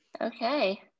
Okay